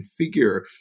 configure